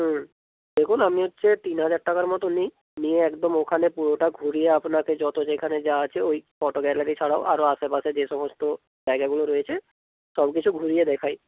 হুম দেখুন আমি হচ্ছে তিন হাজার টাকার মতো নিই নিয়ে একদম ওখানের পুরোটা ঘুরিয়ে আপনাকে যতো যেখানে যা আছে ওই ফটো গ্যালারি ছাড়াও আরও আশেপাশে যে সমস্ত জায়গাগুলো রয়েছে সবকিছু ঘুরিয়ে দেখাই